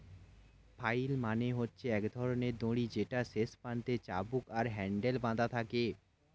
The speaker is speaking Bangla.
ফ্লাইল মানে হচ্ছে এক ধরণের দড়ি যেটার শেষ প্রান্তে চাবুক আর হ্যান্ডেল বাধা থাকে